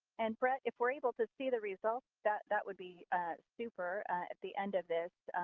and, brett, if we're able to see the results, that that would be super at the end of this.